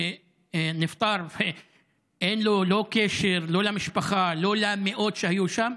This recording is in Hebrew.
שנפטר ואין לו קשר לא למשפחה, לא למאות שהיו שם.